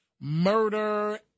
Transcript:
murder